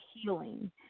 healing